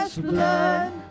blood